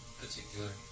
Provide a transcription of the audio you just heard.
particular